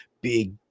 big